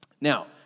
Now